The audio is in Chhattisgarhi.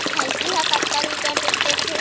भंइसी हा कतका लीटर दूध देथे?